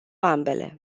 ambele